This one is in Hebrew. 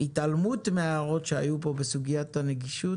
התעלמות שהיו כאן בסוגיית הנגישות